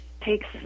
takes